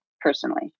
personally